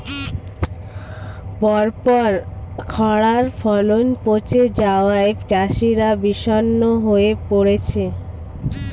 পরপর খড়ায় ফলন পচে যাওয়ায় চাষিরা বিষণ্ণ হয়ে পরেছে